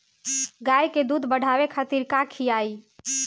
गाय के दूध बढ़ावे खातिर का खियायिं?